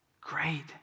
Great